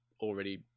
already